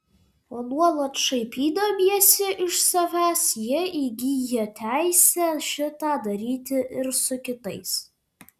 o nuolat šaipydamiesi iš savęs jie įgyja teisę šitą daryti ir su kitais